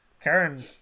Karen